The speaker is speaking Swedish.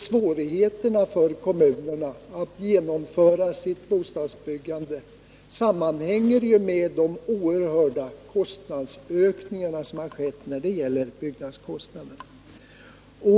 Svårigheterna för kommunerna att genomföra sitt bostadsbyggande sammanhänger med de oerhörda kostnadsökningar som har ägt rum när det gäller byggkostnaderna.